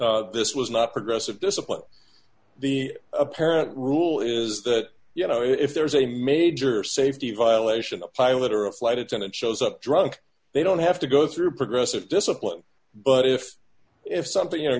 was not progressive discipline the apparent rule is that you know if there's a major safety violation a pilot or a flight attendant shows up drunk they don't have to go through progressive discipline but if if something you